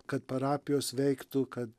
kad parapijos veiktų kad